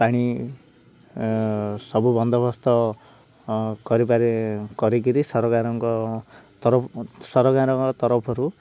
ପାଣି ସବୁ ବନ୍ଦୋବସ୍ତ କରିପାରେ କରିକିରି ସରକାରଙ୍କ ତରଫ ସରକାରଙ୍କ ତରଫରୁ